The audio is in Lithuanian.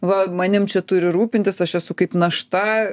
va manim čia turi rūpintis aš esu kaip našta